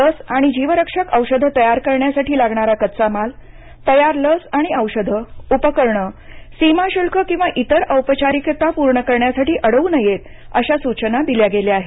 लस आणि जीवरक्षक औषधं तयार करण्यासाठी लागणारा कच्चा माल तयार लस आणि औषधं उपकरणं सीमाशुल्क किंवा इतर औपचारिकता पूर्ण करण्यासाठी अडवू नयेतअश्या सूचना दिल्या गेल्या आहेत